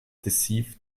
deceived